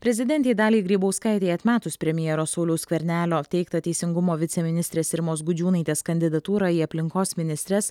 prezidentei daliai grybauskaitei atmetus premjero sauliaus skvernelio teiktą teisingumo viceministrės irmos gudžiūnaitės kandidatūrą į aplinkos ministres